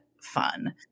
fun